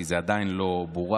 כי זה עדיין לא בורר.